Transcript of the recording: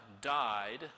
died